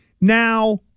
Now